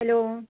hello